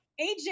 AJ